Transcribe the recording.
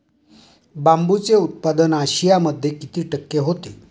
बांबूचे उत्पादन आशियामध्ये किती टक्के होते?